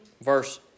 verse